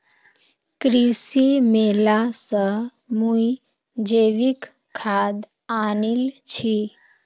कृषि मेला स मुई जैविक खाद आनील छि